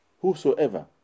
whosoever